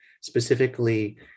specifically